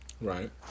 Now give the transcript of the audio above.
Right